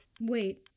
Wait